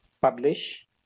publish